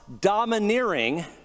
domineering